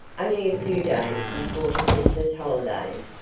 only a few days before the christmas holidays,